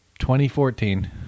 2014